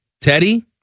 Teddy